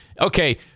Okay